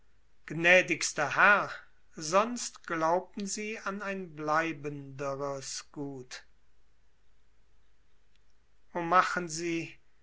gnädigster herr sonst glaubten sie an ein bleibenderes gut o machen sie